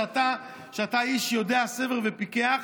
שאתה איש יודע ספר ופיקח,